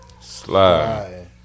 Slide